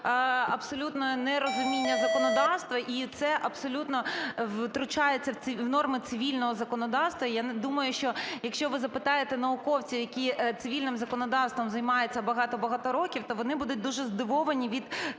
абсолютного нерозуміння законодавства і це абсолютно втручається в норми цивільного законодавства. І я думаю, що, якщо ви запитаєте науковців, які цивільним законодавством займаються багато-багато років, то вони будуть дуже здивовані від